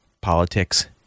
politics